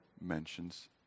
mentions